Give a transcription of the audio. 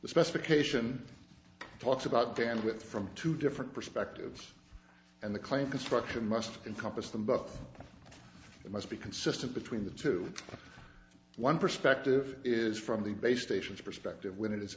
the specification talks about bandwidth from two different perspectives and the claim construction must in compass them but it must be consistent between the two one perspective is from the base stations perspective when it is